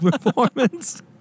performance